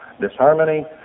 disharmony